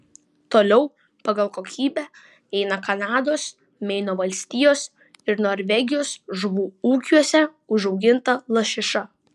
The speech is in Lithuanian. toliau pagal kokybę eina kanados meino valstijos ir norvegijos žuvų ūkiuose užauginta lašiša